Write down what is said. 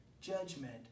judgment